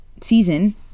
season